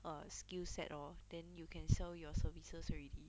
err skill set hor then you can sell your services already